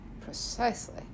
Precisely